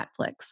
Netflix